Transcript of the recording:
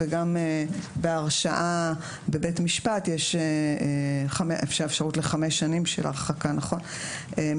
וגם בהרשעה בבית משפט יש אפשרות לחמש שנים של הרחקה ממשחקים.